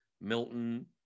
Milton